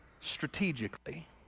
strategically